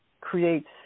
creates